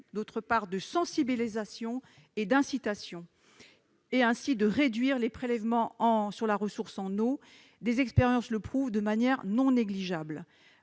politique de sensibilisation et d'incitation, afin de réduire les prélèvements sur la ressource en eau. Des expériences le prouvent de manière non négligeable